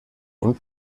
und